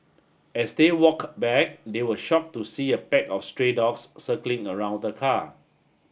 as they walk back they were shock to see a pack of stray dogs circling around the car